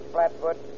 Flatfoot